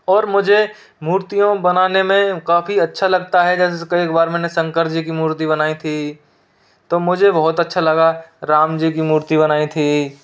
और मुझे मूर्तियाँ बनाने में काफ़ी अच्छा लगता है जैसे कई एक बार मैंने शंकर जी की मूर्ति बनाई थी तो मुझे बहुत अच्छा लगा राम जी की मूर्ति बनाई थी